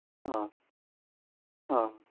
অ' অ'